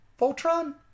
Voltron